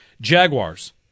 Jaguars